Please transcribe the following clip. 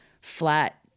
flat